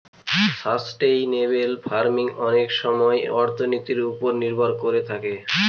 sustainable farming অনেক সময় অর্থনীতির ওপর নির্ভর করে থাকে